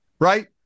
right